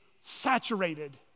saturated